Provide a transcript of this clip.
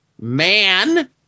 man